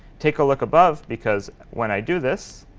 take a look above because when i do this,